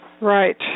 Right